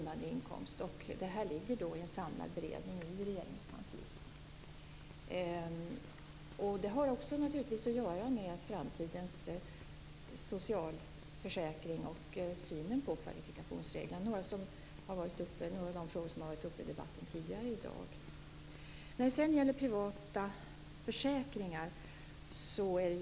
Det ligger i en samlad beredning i Regeringskansliet. Det har naturligtvis också att göra med framtidens socialförsäkring och synen på kvalifikationsreglerna, några av de frågor som har varit uppe i debatten tidigare i dag.